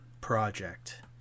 project